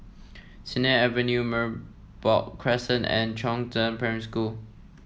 Sennett Avenue Merbok Crescent and Chongzheng Primary School